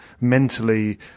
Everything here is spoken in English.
mentally